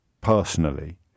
personally